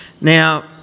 Now